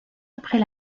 après